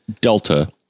Delta